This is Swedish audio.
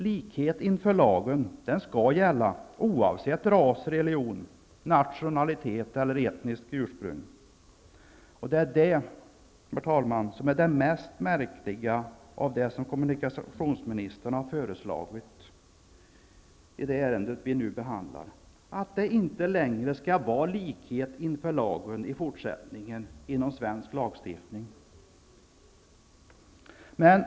Likhet inför lagen skall gälla oavsett ras, religion, nationalitet eller etniskt ursprung. Herr talman! Detta är det märkligaste av det som kommunikationsministern har föreslagit i det ärende vi nu behandlar. Det skall inte längre vara likhet inför lagen inom svensk lagstiftning.